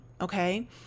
okay